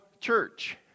church